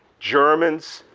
germans,